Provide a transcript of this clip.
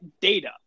data